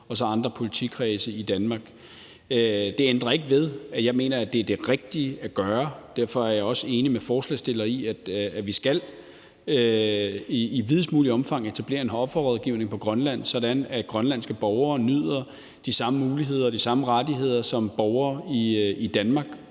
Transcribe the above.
og andre politikredse i Danmark. Det ændrer ikke ved, at jeg mener, at det er det rigtige at gøre, og derfor er jeg også enig med forslagsstilleren i, at vi i videst mulig omfang skal etablere en offerrådgivningpå Grønland, sådan at grønlandske borgere kan nyde de samme muligheder og rettigheder, som borgere i Danmark